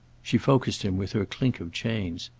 she focussed him with her clink of chains.